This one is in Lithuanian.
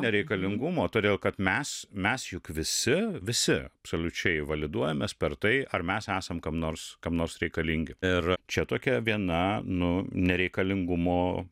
nereikalingumo todėl kad mes mes juk visi visi absoliučiai validuojamės per tai ar mes esam kam nors kam nors reikalingi ir čia tokia viena nu nereikalingumo